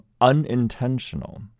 unintentional